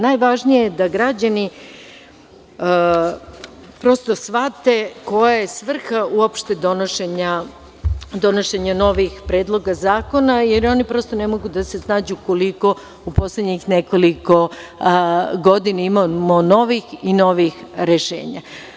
Najvažnije je, da građani shvate koja je uopšte svrha donošenja novih predloga zakona, jer oni ne mogu da se snađu koliko u poslednjih nekoliko godina imamo novih i novih rešenja.